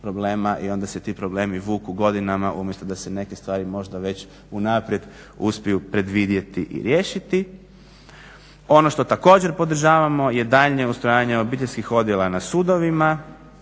i onda se ti problemi vuku godinama umjesto da se neke stvari možda već unaprijed uspiju predvidjeti i riješiti. Ono što također podržavamo je daljnje ustrojavanje obiteljskih odjela na sudovima